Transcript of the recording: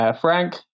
Frank